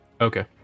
okay